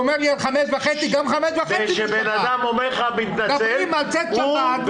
הוא אומר על 17:30. גם 17:30 --- תמתין עד צאת שבת וזהו זה.